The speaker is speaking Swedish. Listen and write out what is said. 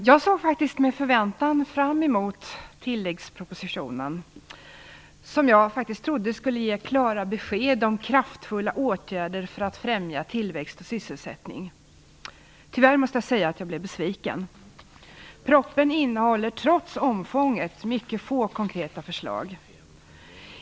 Herr talman! Jag såg med förväntan fram mot tilläggspropositionen, som jag trodde skulle ge klara besked om kraftfulla åtgärder för att främja tillväxt och sysselsättning. Tyvärr måste jag säga att jag blev besviken. Propositionen innehåller trots omfånget mycket få konkreta förslag.